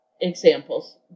examples